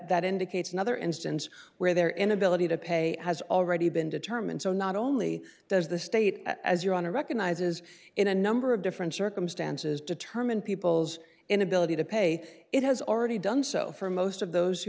that indicates another instance where their inability to pay has already been determined so not only does the state as your honor recognizes in a number of different circumstances determine people's inability to pay it has already done so for most of those who